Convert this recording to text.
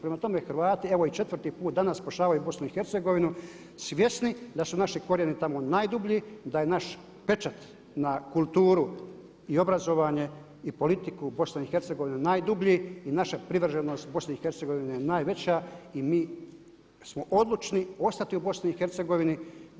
Prema tome, Hrvati evo i 4 put danas spašavaju BiH-a svjesni da su naši korijeni tamo najdublji, da je naš pečat na kulturu i obrazovanje i politiku BiH-a najdublji i naša privreženost BiH-a najveća i mi smo odlučni ostati u BiH-a.